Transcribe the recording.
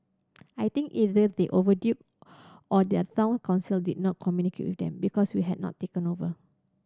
I think either they or their son council did not communicate with them because we had not taken over